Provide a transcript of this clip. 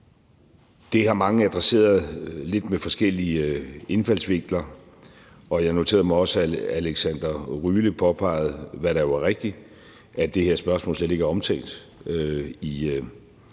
Det har mange adresseret, lidt med forskellige indfaldsvinkler, og jeg noterede mig også, at Alexander Ryle påpegede, hvad der jo er rigtigt, at det her spørgsmål slet ikke er omtalt i